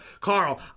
Carl